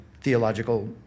theological